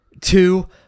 two